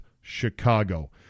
Chicago